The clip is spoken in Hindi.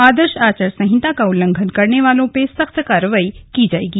आदर्श आचार संहिता का उल्लघंन करने वालों पर सख्त कारवाई की जायेगी